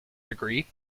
degree